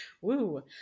Woo